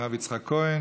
הרב יצחק כהן.